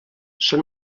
són